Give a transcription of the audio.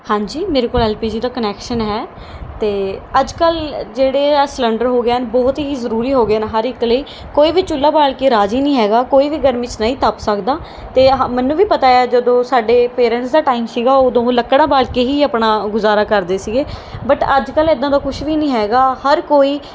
ਹਾਂਜੀ ਮੇਰੇ ਕੋਲ ਐੱਲ ਪੀ ਜੀ ਦਾ ਕਨੈਕਸ਼ਨ ਹੈ ਅਤੇ ਅੱਜ ਕੱਲ੍ਹ ਜਿਹੜੇ ਆਹ ਸਿਲੰਡਰ ਹੋ ਗਏ ਹਨ ਬਹੁਤ ਹੀ ਜ਼ਰੂਰੀ ਹੋ ਗਏ ਹਨ ਹਰ ਇੱਕ ਲਈ ਕੋਈ ਵੀ ਚੁੱਲ੍ਹਾ ਬਾਲ ਕੇ ਰਾਜ਼ੀ ਨਹੀਂ ਹੈਗਾ ਕੋਈ ਵੀ ਗਰਮੀ 'ਚ ਨਹੀਂ ਤਪ ਸਕਦਾ ਅਤੇ ਆਹ ਮੈਨੂੰ ਵੀ ਪਤਾ ਆ ਜਦੋਂ ਸਾਡੇ ਪੇਰੈਂਟਸ ਦਾ ਟਾਈਮ ਸੀਗਾ ਉਦੋਂ ਉਹ ਲੱਕੜਾ ਬਾਲ਼ ਕੇ ਹੀ ਆਪਣਾ ਗੁਜ਼ਾਰਾ ਕਰਦੇ ਸੀਗੇ ਬਟ ਅੱਜ ਕੱਲ੍ਹ ਐਦਾਂ ਦਾ ਕੁਛ ਵੀ ਨਹੀਂ ਹੈਗਾ ਹਰ ਕੋਈ